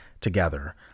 together